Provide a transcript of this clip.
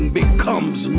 becomes